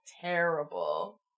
terrible